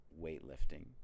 weightlifting